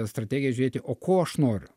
strategiją žiūrėti o ko aš noriu